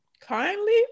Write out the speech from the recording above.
Kindly